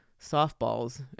softballs